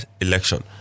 election